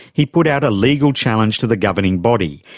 he put out a legal challenge to the governing body,